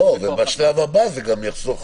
גם בשלב הבא זה יחסוך.